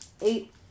Eight